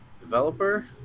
Developer